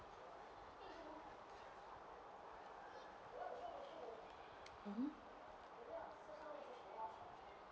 mmhmm